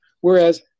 whereas